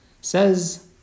Says